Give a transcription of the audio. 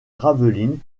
gravelines